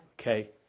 Okay